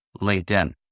LinkedIn